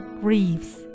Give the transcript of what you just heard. grieves